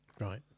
Right